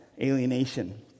alienation